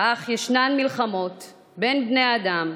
אך יש מלחמות בין בני אדם,